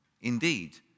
Indeed